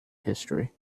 history